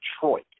detroit